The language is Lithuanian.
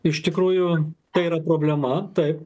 iš tikrųjų tai yra problema taip